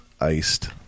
iced